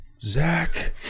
Zach